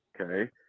Okay